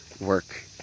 Work